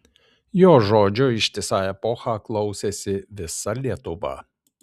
jo žodžio ištisą epochą klausėsi visa lietuva